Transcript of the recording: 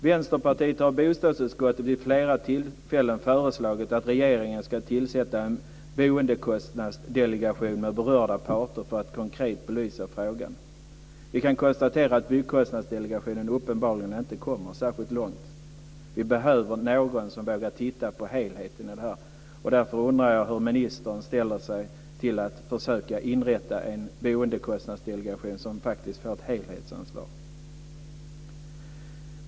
Vänsterpartiet har i bostadsutskottet vid flera tillfällen föreslagit att regeringen ska tillsätta en boendekostnadsdelegation med berörda parter för att konkret belysa frågan. Vi kan konstatera att Byggkostnadsdelegationen uppenbarligen inte kommit särskilt långt. Vi behöver någon som vågar titta på helheten. Hur ställer sig ministern till att försöka inrätta en boendekostnadsdelegation som faktiskt tar ett helhetsansvar?